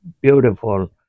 beautiful